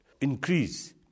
increase